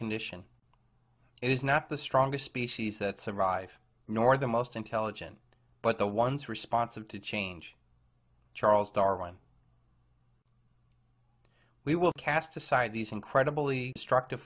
condition it is not the strongest species that survive nor the most intelligent but the ones responsive to change charles darwin we will cast aside these incredibly destructive